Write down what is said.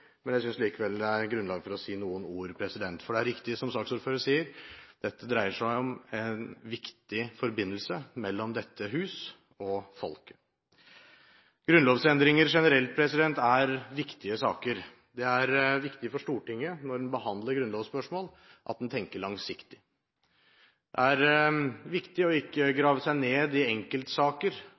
men jeg synes likevel det er grunnlag for å si noen ord. Det er riktig, som saksordføreren sier, at dette dreier seg om en viktig forbindelse mellom dette hus og folket. Grunnlovsendringer generelt er viktige saker. Det er viktig for Stortinget når man behandler grunnlovsspørsmål, at man tenker langsiktig. Det er viktig ikke å grave seg ned i enkeltsaker,